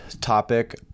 topic